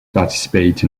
participate